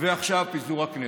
עכשיו פיזור הכנסת,